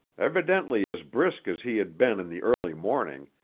evidently as brisk as he had been in the early morning,